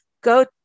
go